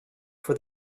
for